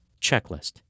checklist